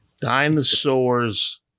Dinosaurs